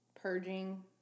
purging